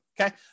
okay